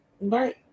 Right